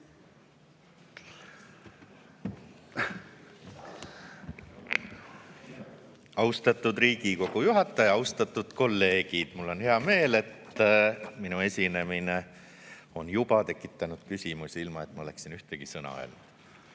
Austatud Riigikogu juhataja! Austatud kolleegid! Mul on hea meel, et minu esinemine on juba tekitanud küsimusi, ilma et ma oleksin ühtegi sõna